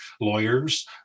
lawyers